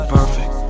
perfect